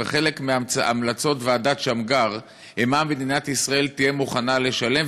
וחלק מהמלצות ועדת שמגר הן מה מדינת ישראל תהיה מוכנה לשלם,